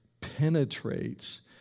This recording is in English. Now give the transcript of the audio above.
penetrates